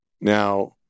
now